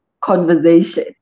conversation